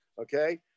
Okay